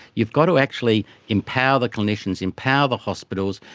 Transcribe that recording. you've got to actually empower the clinicians, empower the hospitals,